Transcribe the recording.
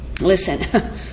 Listen